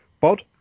Bod